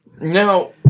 now